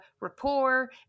rapport